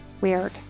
weird